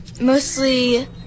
mostly